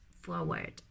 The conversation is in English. forward